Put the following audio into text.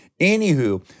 Anywho